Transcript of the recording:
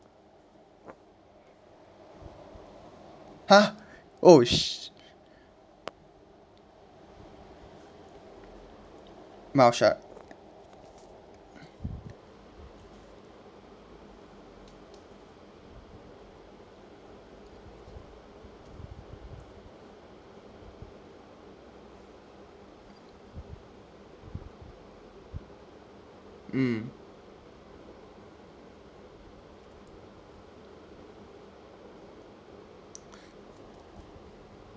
!huh! oh sh~ mouth shut mm